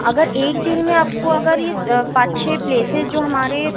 अगर एक दिन में आपको अगर ये पाँच छः प्लेसेज जो हमारे